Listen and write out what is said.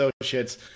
Associates